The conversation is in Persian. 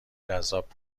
جذاب